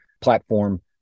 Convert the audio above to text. platform